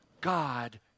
God